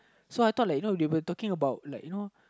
so I thought like you know they were talking about like you know